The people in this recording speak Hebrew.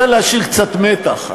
צריך להשאיר קצת מתח,